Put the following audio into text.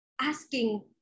asking